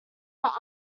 are